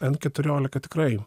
n keturiolika tikrai